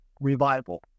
revival